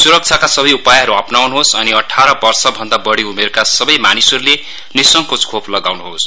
सुरक्षाका सबै उपायहरू अपनाउनुहोस् अनि अठार वर्षभन्दा बढी उमेरका सबै मानिसहरूले निसंकोच खोप लगाउनुहोस्